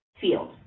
field